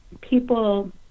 people